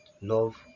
love